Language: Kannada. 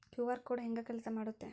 ಕ್ಯೂ.ಆರ್ ಕೋಡ್ ಹೆಂಗ ಕೆಲಸ ಮಾಡುತ್ತೆ?